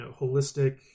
holistic